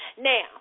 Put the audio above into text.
Now